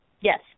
Yes